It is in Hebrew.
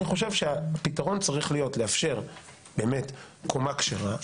אני חושב שהפתרון צריך להיות לאפשר באמת קומה כשרה.